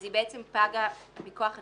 היא בעצם פגה מכוח עצמה.